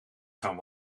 gaan